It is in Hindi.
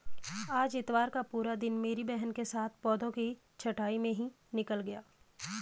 आज इतवार का पूरा दिन मेरी बहन के साथ पौधों की छंटाई में ही निकल गया